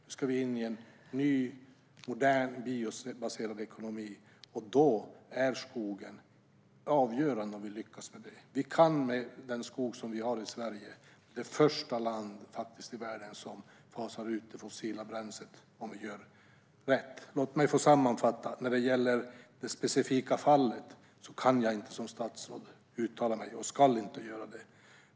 Nu ska vi in i en ny och modern biobaserad ekonomi. Om vi ska lyckas med det är skogen avgörande. Om vi gör rätt kan vi, med den skog som vi har i Sverige, bli det första landet i världen som fasar ut det fossila bränslet. Låt mig sammanfatta: När det gäller det specifika fallet kan jag som statsråd inte uttala mig, och jag ska inte göra det.